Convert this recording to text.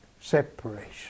separation